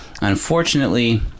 unfortunately